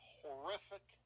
horrific